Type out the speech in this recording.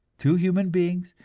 two human beings,